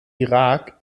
irak